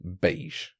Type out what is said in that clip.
beige